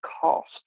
cost